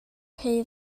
rhy